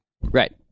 Right